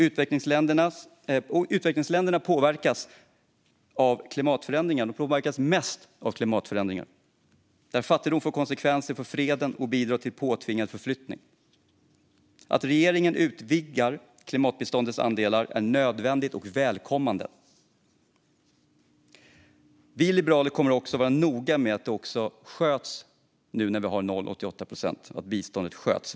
Utvecklingsländerna påverkas mest av klimatförändringar där fattigdom får konsekvenser för freden och bidrar till påtvingad förflyttning. Att regeringen utvidgar klimatbiståndets andel är nödvändigt och välkommet. Vi liberaler kommer att vara noga med att biståndet sköts nu när vi har 0,88 procent.